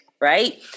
Right